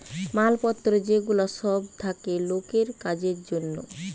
মাল পত্র যে গুলা সব থাকে লোকের কাজের জন্যে